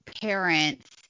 parents